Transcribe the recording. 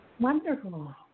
Wonderful